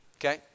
Okay